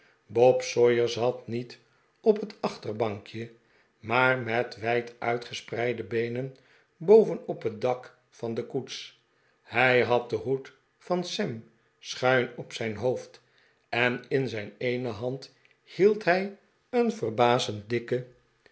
bob sawyer zat niet op het achterbankje maar met wijd uitgespreide beenen boven op het dak van de koets hij had den hoed van sam schuin op zijn hoofd en in zijn eene hand hield hij een verbazend dikke